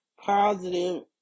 positive